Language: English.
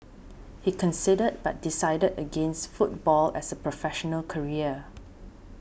he considered but decided against football as a professional career